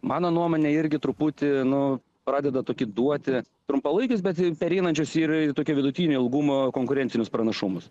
mano nuomone irgi truputį nu pradeda tokį duoti trumpalaikis bet pereinančius yra tokia vidutinio ilgumo konkurencinius pranašumus